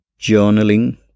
journaling